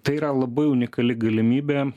tai yra labai unikali galimybė